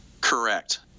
correct